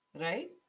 Right